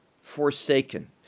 forsaken